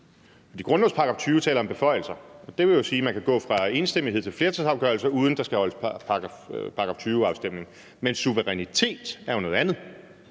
Grundlovens § 20 taler om beføjelser. Det vil jo sige, at man kan gå fra enstemmighed til flertalsafgørelse, uden at der skal afholdes § 20-afstemning. Men suverænitet er jo noget andet.